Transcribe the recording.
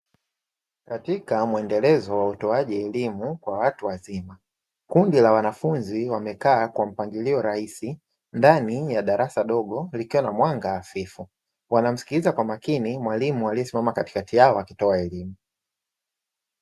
Katika muendelezo wa utoaji elimu kwa watu wazima. Kundi la wanafunzi wamekaa kwa mpangilio rahisi ndani ya darasa dogo, likiwa na mwanga hafifu. Wanamsikiliza mwalimu aliyesimama katikati yao akitoa elimu.